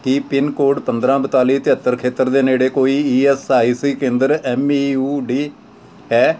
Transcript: ਕੀ pin code ਪੰਦਰਾਂ ਬਤਾਲੀ ਤਿਹੱਤਰ ਖੇਤਰ ਦੇ ਨੇੜੇ ਕੋਈ ਈ ਐੱਸ ਆਈ ਸੀ ਕੇਂਦਰ ਐਮ ਈ ਯੂ ਡੀ ਹੈ